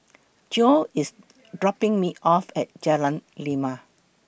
Geo IS dropping Me off At Jalan Lima